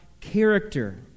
Character